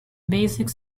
basic